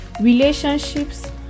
relationships